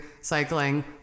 cycling